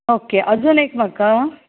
okay okay अजून एक म्हाका